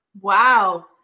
wow